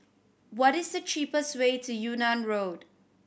what is the cheapest way to Yunnan Road